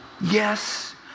yes